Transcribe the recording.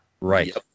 Right